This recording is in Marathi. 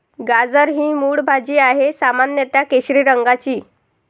गाजर ही मूळ भाजी आहे, सामान्यत केशरी रंगाची